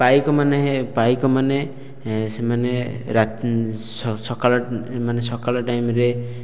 ପାଇକମାନେ ପାଇକମାନେ ସେମାନେ ସକାଳୁ ମାନେ ସକାଳ ଟାଇମରେ